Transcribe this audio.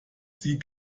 sie